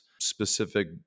specific